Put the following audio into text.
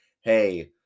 Hey